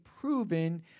proven